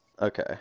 okay